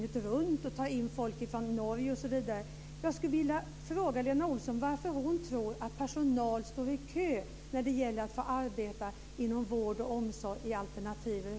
Det finns tankar på att arbeta dygnet runt, ta in folk från Norge osv.